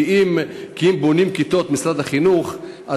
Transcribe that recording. כי אם משרד החינוך בונה כיתות,